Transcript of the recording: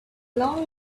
long